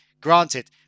Granted